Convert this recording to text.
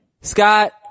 Scott